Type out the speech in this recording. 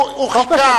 הוא חיכה,